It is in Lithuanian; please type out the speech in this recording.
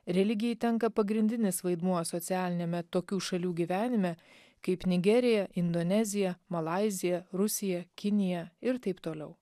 religijai tenka pagrindinis vaidmuo socialiniame tokių šalių gyvenime kaip nigerija indonezija malaizija rusija kinija ir taip toliau